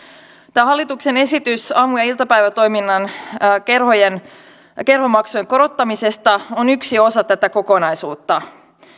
tämä hallituksen esitys aamu ja iltapäivätoiminnan kerhomaksujen korottamisesta on yksi osa tätä kokonaisuutta